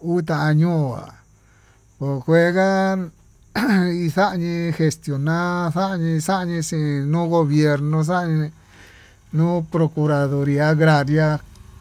Kuta'a ñoá onjuega ixañi, xiuna xañi xañi xhin no'o gobierno xanii nuu procuraduria agraria,